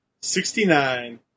sixty-nine